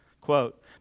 quote